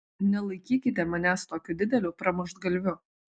nelaikykite manęs tokiu dideliu pramuštgalviu